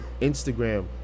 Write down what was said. Instagram